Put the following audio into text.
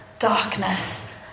Darkness